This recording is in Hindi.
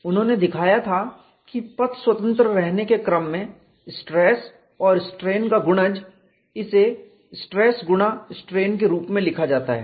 उन्होंने दिखाया था कि पथ स्वतंत्र रहने के क्रम में स्ट्रेस और स्ट्रेन का गुणज इसे स्ट्रेस स्ट्रेन के रूप में रखा जाता है